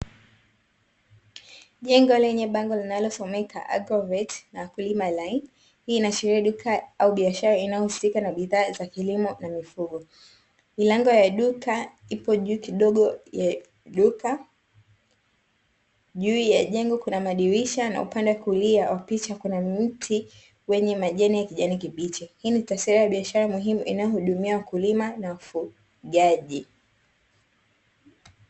Jengo lenye bango linalosomeka"Agrovet na wakulima line", hii inaashiria duka au biashara inayohusika na bidhaa za kilimo na mifugo. Milango ya duka ipo juu kidogo ya duka, juu ya jengo kuna madirisha na upande wa kulia wa picha kuna mti wenye majani ya kijani kibichi. Hii ni tafsiri ya biashara muhimu inayohudumia wakulima na wafugaji.